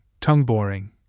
tongue-boring